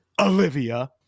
Olivia